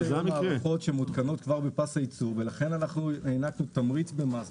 יש מערכות שמותקנות כבר בפס הייצור ולכן אנחנו הענקנו תמריץ במס.